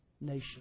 nation